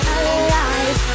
alive